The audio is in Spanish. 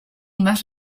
más